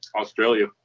Australia